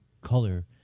color